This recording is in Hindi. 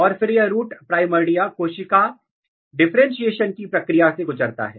और फिर यह रूट प्राइमर्डिया कोशिका वशिष्टिकरण डिफरेंटशिएशन की प्रक्रिया से गुजरता है